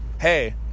hey